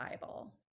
Bible